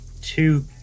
two